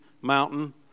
mountain